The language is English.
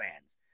fans